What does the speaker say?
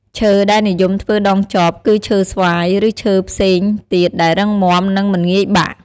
ឈើដែលនិយមធ្វើដងចប គឺឈើស្វាយ ឬឈើផ្សេងទៀតដែលរឹងមាំ និងមិនងាយបាក់។